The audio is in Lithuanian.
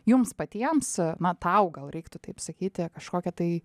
jums patiems na tau gal reiktų taip sakyti kažkokią tai